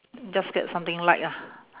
just get something light ah